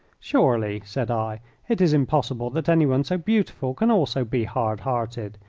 surely, said i, it is impossible that anyone so beautiful can also be hard-hearted?